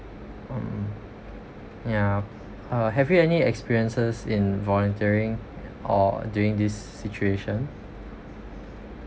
mm ya uh have you any experiences in volunteering or during this situation